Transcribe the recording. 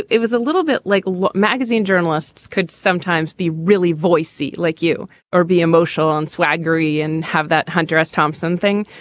it was a little bit like what magazine journalists could sometimes be really voice see like you or be emotional on swaggering and have that hunter s. thompson thing.